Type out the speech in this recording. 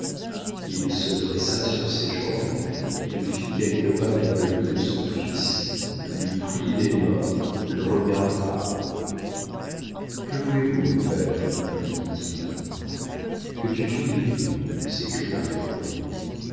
il se dressa sur ses jambes il fit quelques pas vers le lit de son fils lui prit les mains le regarda que voulez-vous mon père lui dit-il que tu vives s'écria le baron